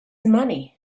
money